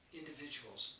individuals